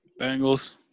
Bengals